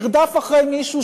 מרדף אחרי מישהו,